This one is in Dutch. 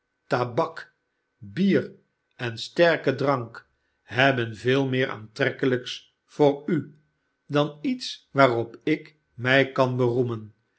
tabak bier en sterke drank hebben veel meer aantrekkelijks voor u dan iets waarop ik mij kan beroemen